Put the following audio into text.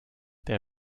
der